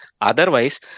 Otherwise